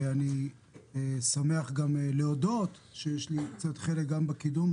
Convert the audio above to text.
אני שמח להודות שיש לי קצת חלק בקידום החוק.